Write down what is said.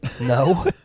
No